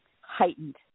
heightened